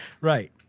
right